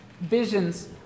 visions